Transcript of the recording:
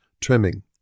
trimming